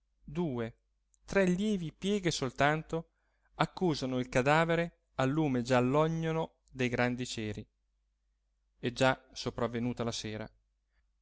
due tre lievi pieghe soltanto accusano il cadavere al lume giallognolo dei grandi ceri è già sopravvenuta la sera